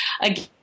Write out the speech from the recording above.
again